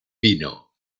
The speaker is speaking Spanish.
vino